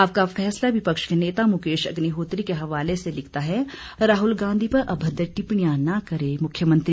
आपका फैसला विपक्ष के नेता मुकेश अग्निहोत्री के हवाले से लिखता है राहुल गांधी पर अभद्र टिप्पणियां न करें मुख्यमंत्री